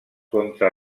contra